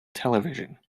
television